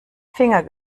finger